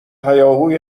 هیاهوی